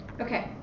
Okay